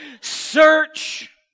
Search